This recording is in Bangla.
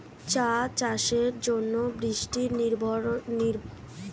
চা চাষের জন্য বৃষ্টি নির্ভরশীলতা কী রকম?